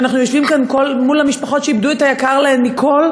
כשאנחנו יושבים כאן מול המשפחות שאיבדו את היקר להן מכול,